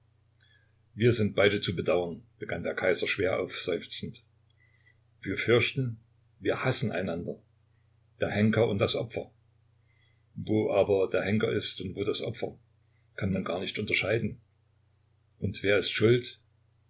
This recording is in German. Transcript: wir sind beide zu bedauern begann der kaiser schwer aufseufzend wir fürchten wir hassen einander der henker und das opfer wo aber der henker ist und wo das opfer kann man gar nicht unterscheiden und wer ist schuld